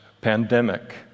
pandemic